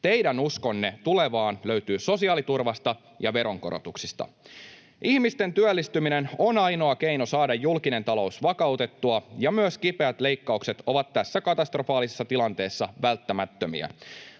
Teidän uskonne tulevaan löytyy sosiaaliturvasta ja veronkorotuksista. Ihmisten työllistyminen on ainoa keino saada julkinen talous vakautettua, ja myös kipeät leikkaukset ovat tässä katastrofaalisessa tilanteessa välttämättömiä.